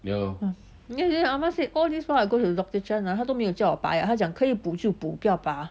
ya ya ya ahmed said all this while ago with doctor chan ah 他都没有叫我拔牙可以补就补不要拔